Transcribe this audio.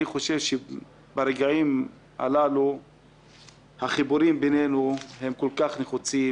חושב שברגעים הללו החיבורים הללו הם נחוצים.